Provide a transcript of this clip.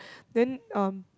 then um